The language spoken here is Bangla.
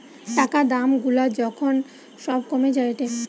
টাকা দাম গুলা যখন সব কমে যায়েটে